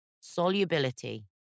Solubility